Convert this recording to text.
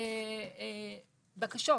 בקשות